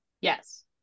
Yes